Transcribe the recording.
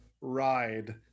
ride